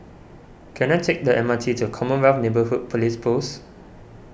can I take the M R T to Commonwealth Neighbourhood Police Post